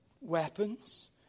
weapons